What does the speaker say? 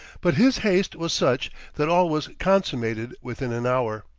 but his haste was such that all was consummated within an hour.